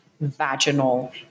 vaginal